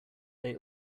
they